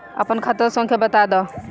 आपन खाता संख्या बताद